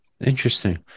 Interesting